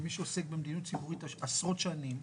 כמי שעוסק במדיניות ציבורית עשרות שנים,